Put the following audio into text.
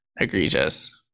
egregious